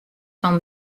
fan